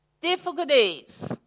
difficulties